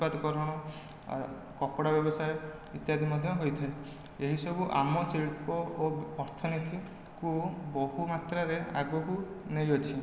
ଉତ୍ପାଦିକରଣ କପଡ଼ା ବ୍ୟବସାୟ ଇତ୍ୟାଦି ମଧ୍ୟ ହୋଇଥାଏ ଏହିସବୁ ଆମ ଶିଳ୍ପ ଓ ଅର୍ଥନୀତିକୁ ବହୁମାତ୍ରାରେ ଆଗକୁ ନେଇଅଛି